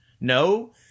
No